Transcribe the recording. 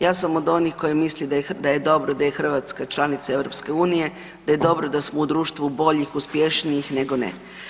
Ja sam od onih koja misli da je dobro da je Hrvatska članica EU, da je dobro da smo u društvu boljih i uspješnijih nego ne.